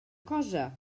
cosa